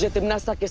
timnasa